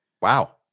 wow